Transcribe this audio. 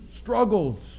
struggles